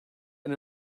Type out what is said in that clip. and